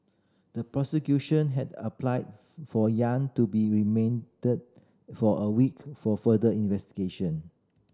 the prosecution had applied for Yang to be remanded for a week for further investigation